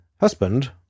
husband